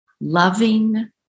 loving